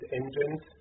engines